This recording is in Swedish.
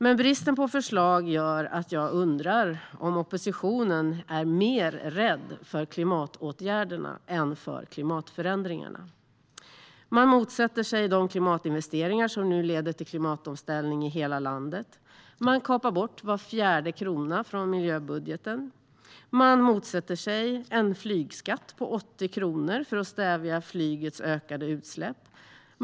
Men bristen på förslag gör att jag undrar om oppositionen är mer rädd för klimatåtgärderna än för klimatförändringarna. Man motsätter sig de klimatinvesteringar som nu leder till klimatomställning i hela landet. Man kapar bort var fjärde krona från miljöbudgeten. Man motsätter sig en flygskatt på 80 kronor för att stävja flygets ökade utsläpp.